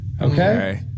okay